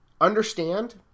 understand